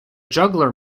juggler